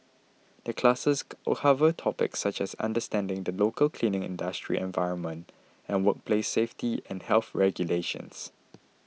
the classes cover topics such as understanding the local cleaning industry environment and workplace safety and health regulations